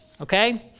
okay